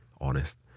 honest